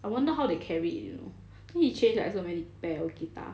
I wonder how they carried it you know then he change like so many pair of guitar